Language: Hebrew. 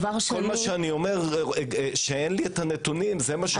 אין לי הנתונים.